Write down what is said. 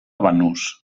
banús